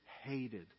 hated